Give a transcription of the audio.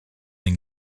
and